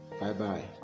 Bye-bye